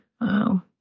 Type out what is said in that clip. Wow